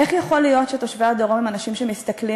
איך יכול להיות שתושבי הדרום הם אנשים שמסתכלים